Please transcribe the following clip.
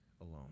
alone